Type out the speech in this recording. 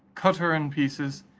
cut her in pieces,